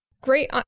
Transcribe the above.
Great